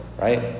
Right